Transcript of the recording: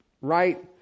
right